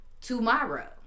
tomorrow